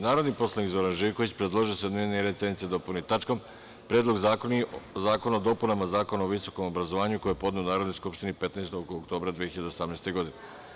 Narodni poslanik Zoran Živković, predložio je da se dnevni red sednice dopuni tačkom - Predlog zakona o dopunama Zakona o visokom obrazovanju, koji je podneo Narodnoj skupštini 15. oktobra 2018. godine.